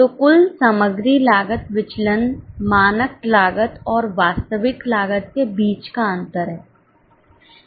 तो कुल सामग्री लागत विचलन मानक लागत और वास्तविक लागत के बीच का अंतर है